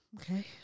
Okay